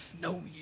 No